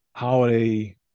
holiday